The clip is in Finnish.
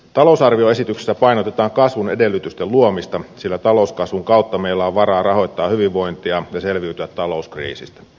talousarvioesityksessä painotetaan kasvun edellytysten luomista sillä talouskasvun kautta meillä on varaa rahoittaa hyvinvointia ja selviytyä talouskriisistä